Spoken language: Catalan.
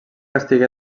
estigué